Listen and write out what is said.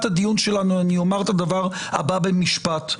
הדיון שלנו אני אומר את הדבר הבא במשפט.